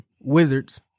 Wizards